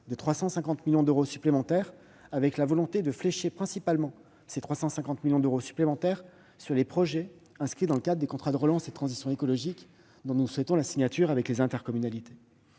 de 350 millions d'euros supplémentaires, avec la volonté de flécher principalement cette somme sur les projets inscrits dans les contrats de relance et de transition écologique, dont nous souhaitons la signature avec les intercommunalités.